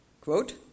Quote